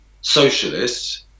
socialists